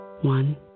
One